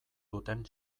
duten